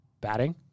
batting